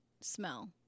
smell